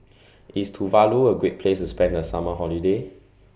IS Tuvalu A Great Place to spend The Summer Holiday